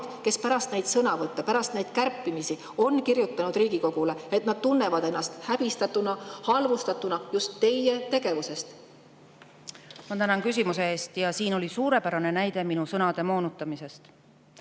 kes pärast neid sõnavõtte, pärast neid kärpimisi on kirjutanud Riigikogule, tunnevad ennast häbistatuna ja halvustatuna just teie tegevuse pärast! Ma tänan küsimuse eest. Siin oli suurepärane näide minu sõnade moonutamisest.